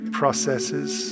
processes